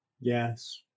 Yes